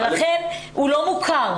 ולכן הוא לא מוכר.